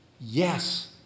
Yes